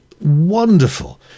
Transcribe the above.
wonderful